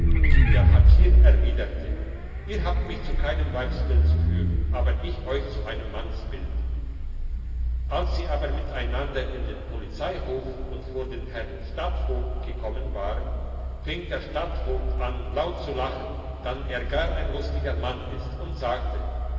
der hatschier erwiderte ihr habt mich zu keinem weibsbild zu führen aber ich euch zu einem mannsbild als sie aber miteinander in den polizeihof und vor den herrn stadtvogt gekommen waren fing der stadtvogt an laut zu lachen dann er gar ein lustiger mann ist und sagte